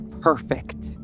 Perfect